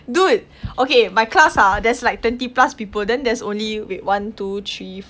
dude okay my class ah there's like twenty plus people then there's only wait one two three